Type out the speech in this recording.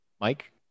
Mike